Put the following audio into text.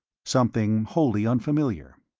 something wholly unfamiliar.